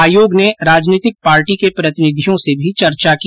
आयोग ने राजनीतिक पार्टी के प्रतिनिधियों से भी चर्चा की